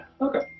Okay